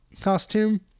costume